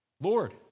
Lord